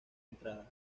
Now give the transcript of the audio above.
entrada